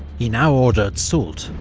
he now ordered soult,